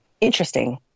interesting